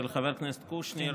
של חבר הכנסת קושניר